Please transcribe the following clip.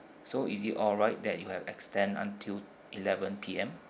so is it alright that you have extend until eleven P_M